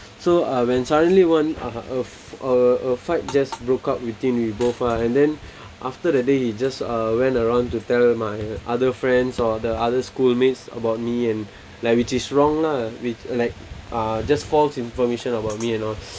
so uh when suddenly one (uh huh) a a a fight just broke out between we both lah and then after that day he just uh went around to tell my other friends or the other schoolmates about me and like which is wrong lah with like uh just false information about me and all